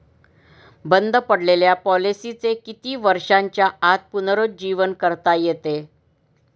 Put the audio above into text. बंद पडलेल्या पॉलिसीचे किती वर्षांच्या आत पुनरुज्जीवन करता येते?